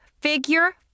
Figure